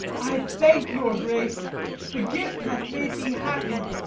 i thank your grace the gift hath made me happy.